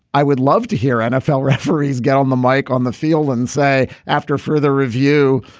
i would love to hear nfl referees get on the mike on the field and say after further review,